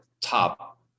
top